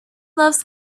loves